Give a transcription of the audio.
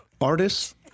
Artists